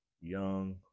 young